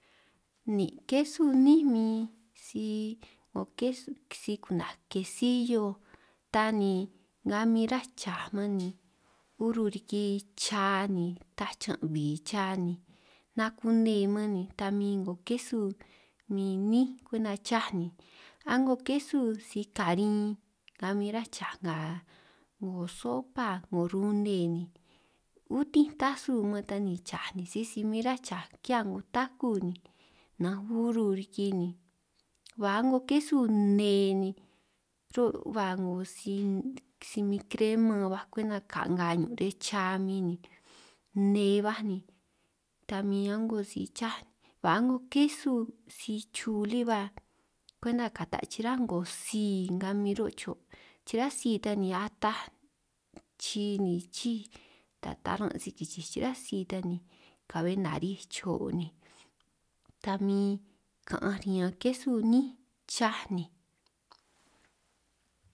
Nin' kesu níinj min si 'ngo kesu si ku'naj kesillo ta ni nga min ráj chaj man ni, uru riki cha ni ta chaan' bi cha ni nakune man ni ta min 'ngo kesu min níinj kwenta chaj, a'ngo kesu si karin nga min rá chaj nga 'ngo sopa 'ngo rune ni utinj tasu man ta ni cha ni sisi min rá chaj ki'hia 'ngo taku ni nanj uru riki ni, ba a'ngo kesu nne ni ru'ba 'ngo si min krema baj kwenta ka'nga' ñun' riñan cha min ni, nne ba nin ba ta a'ngo kesu si chu lí ba kwenta kata' chiráj 'ngo tsi nga min ro' cho', chirá tsi ataj ni chi ni chí ta taran' si kisij chirá tsi ta ni ka'be nari'ij cho ta min ka'anj riñan kesu níin chaj ni.